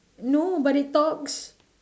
no but it talks